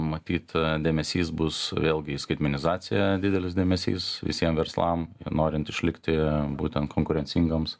matyt dėmesys bus vėlgi į skaitmenizaciją didelis dėmesys visiem verslam norint išlikti būtent konkurencingoms